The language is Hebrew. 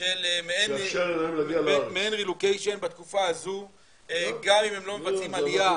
של מעין רילוקיישן בתקופה הזו גם אם הם לא מבצעים עליה --- טוב.